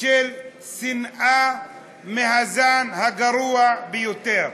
של שנאה מהזן הגרוע ביותר,